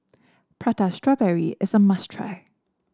Prata Strawberry is a must try